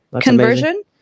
conversion